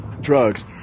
drugs